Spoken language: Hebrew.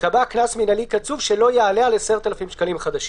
ייקבע קנס מינהלי קצוב שלא יעלה על 10,000 שקלים חדשים:"